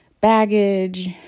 baggage